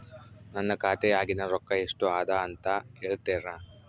ನನ್ನ ಖಾತೆಯಾಗಿನ ರೊಕ್ಕ ಎಷ್ಟು ಅದಾ ಅಂತಾ ಹೇಳುತ್ತೇರಾ?